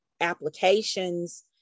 applications